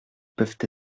peuvent